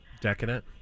Decadent